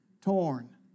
torn